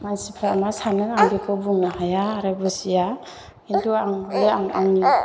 मानसिफ्रा मा सानो आं बेखौ बुनो हाया आरो बुजिया खिन्तु आं हले आं आंनि